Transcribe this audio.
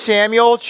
Samuel